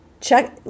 Check